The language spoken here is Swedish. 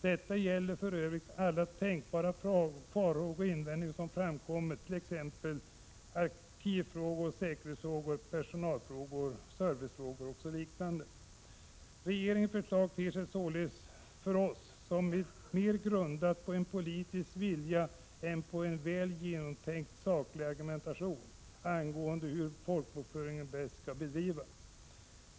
Detta gäller för övrigt alla tänkbara farhågor och invändningar som framkommit, t ex arkivfrågor, säkerhetsfrågor, personalfrågor, serviceaspekter, kostnader osv. Regeringens förslag ter sig således för oss såsom mer grundat på en politisk vilja än på väl genomtänkta sakliga argument, angående hur folkbokföringen bäst bedrivs.